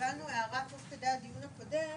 קיבלנו הערה תוך כדי הדיון הקודם